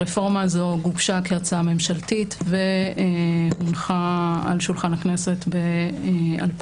הרפורמה הזו גובשה כהצעה ממשלתית והונחה על שולחן הכנסת ב-2014.